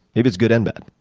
maybe it's good and bad.